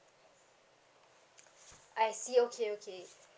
I see okay okay